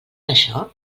això